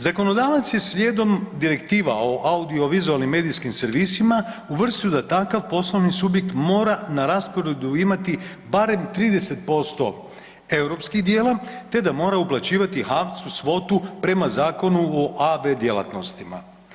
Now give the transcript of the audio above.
Zakonodavac je slijedom direktiva o audiovizualnim medijskim servisima uvrstio da takav poslovni subjekt mora na rasporedu imati barem 30% europskih dijela te da mora uplaćivati HAVC-u svotu prema zakonu o AV djelatnostima.